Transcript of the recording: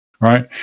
right